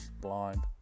Blind